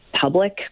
public